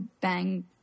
bang